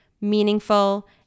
meaningful